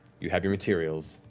you have your materials.